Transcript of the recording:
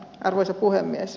arvoisa puhemies